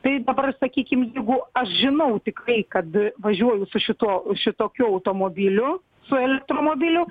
tai dabar sakykim jeigu aš žinau tikrai kad važiuoju su šituo šitokiu automobiliu su elektromobiliu